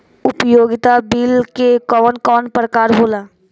उपयोगिता बिल के कवन कवन प्रकार होला?